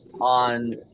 on